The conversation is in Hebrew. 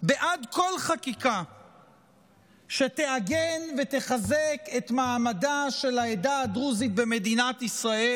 בעד כל חקיקה שתעגן ותחזק את מעמדה של העדה הדרוזית במדינת ישראל.